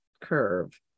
curve